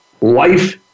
life